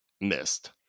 missed